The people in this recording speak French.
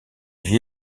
vit